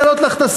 בסדר.